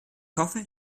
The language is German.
hoffe